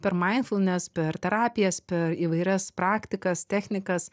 per mindfulness per terapijas per įvairias praktikas technikas